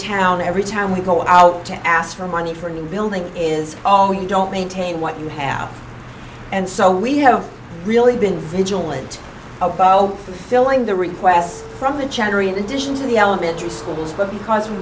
town every time we go out to ask for money for a new building is oh you don't maintain what you have and so we have really been vigilant about filling the requests from the chantry in addition to the elementary schools because we